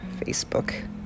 Facebook